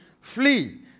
flee